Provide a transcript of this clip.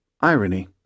irony